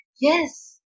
Yes